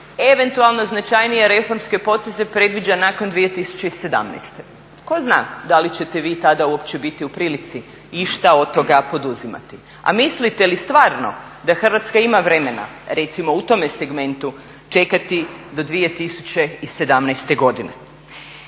eventualno značajnije reformske poteze predviđa nakon 2017. Tko zna da li ćete vi tada uopće biti u prilici išta od toga poduzimati. A mislite li stvarno da Hrvatska ima vremena recimo u tome segmentu čekati do 2017. godine.